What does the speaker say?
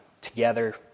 together